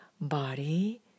body